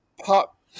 pop